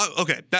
Okay